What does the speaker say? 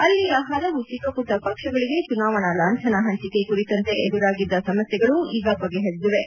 ಅಲ್ಲಿಯ ಹಲವು ಚಿಕ್ಕಪುಟ್ಟ ಪಕ್ಷಗಳಿಗೆ ಚುನಾವಣಾ ಲಾಂಛನ ಹಂಚಿಕೆ ಕುರಿತಂತೆ ಎದುರಾಗಿದ್ದ ಸಮಸ್ಯೆಗಳು ಈಗ ಬಗೆಹರಿದಿವೆ